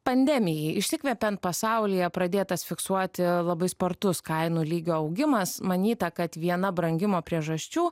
pandemijai išsikvepiant pasaulyje pradėtas fiksuoti labai spartus kainų lygio augimas manyta kad viena brangimo priežasčių